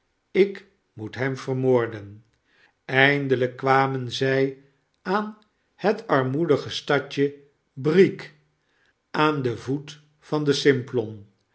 ik moet hem vermoorden eindelgk kwamen zij aan het armoedige stadje b r i e g aan den voet van den simplon zg